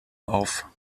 auf